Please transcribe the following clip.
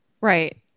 Right